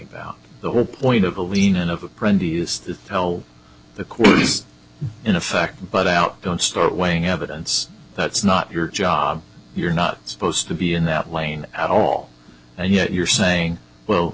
about the whole point of a lean in of brenda used to tell the court in effect but out don't start weighing evidence that's not your job you're not supposed to be in that lane at all and yet you're saying well